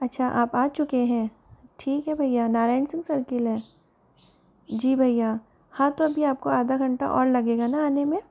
अच्छा आप आ चुके है ठीक है भइआ नारायन सन सर्किल है जी भैया हाँ तो अभी आपको आधा घंटा और लगेगा न आने में